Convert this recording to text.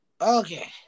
Okay